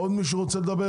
עוד מישהו רוצה לדבר?